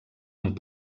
amb